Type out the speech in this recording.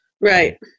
Right